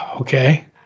Okay